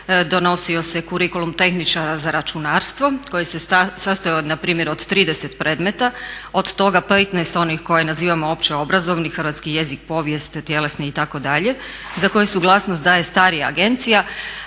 donosio se kurikulum tehničara za računarstvo koji se sastojao od na primjer od 30 predmeta. Od toga 15 onih koje nazivamo opće obrazovni hrvatski jezik, povijest, tjelesni itd. za koji suglasnost daje starija agencija,